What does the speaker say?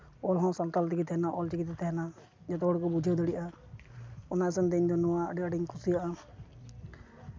ᱚᱞ ᱦᱚᱸ ᱥᱟᱱᱛᱟᱲ ᱛᱮᱜᱮ ᱛᱟᱦᱮᱱᱟ ᱚᱞ ᱪᱤᱠᱤᱛᱮ ᱛᱟᱦᱮᱱᱟ ᱡᱚᱛᱚ ᱦᱚᱲ ᱜᱮᱵᱚᱱ ᱵᱩᱡᱷᱟᱹᱣ ᱫᱟᱲᱮᱭᱟᱜᱼᱟ ᱚᱱᱟ ᱦᱤᱥᱟᱹᱵ ᱛᱮ ᱱᱚᱣᱟ ᱟᱹᱰᱤ ᱟᱸᱴᱤᱧ ᱠᱩᱥᱤᱭᱟᱜᱼᱟ